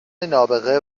نابغه